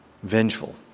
vengeful